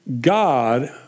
God